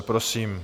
Prosím.